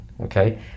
okay